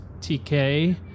TK